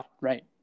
Right